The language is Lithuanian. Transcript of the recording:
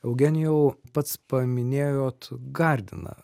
eugenijau pats paminėjot gardiną